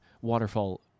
waterfall